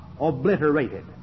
obliterated